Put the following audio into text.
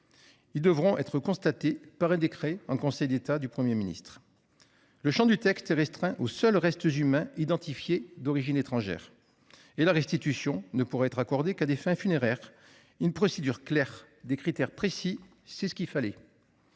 qui devront être constatés par un décret en Conseil d'État du Premier ministre. Le champ du texte est restreint aux seuls restes humains identifiés d'origine étrangère. La restitution ne pourra être accordée qu'à des fins funéraires. La procédure est claire et les critères sont précis. C'est ce qu'il fallait